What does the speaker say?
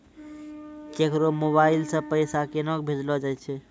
केकरो मोबाइल सऽ पैसा केनक भेजलो जाय छै?